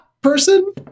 person